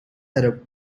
arab